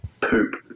poop